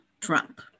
Trump